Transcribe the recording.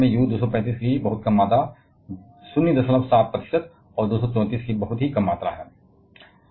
लेकिन इसमें बहुत कम मात्रा में लगभग 23 प्रतिशत U 235 और बहुत कम मात्रा में 234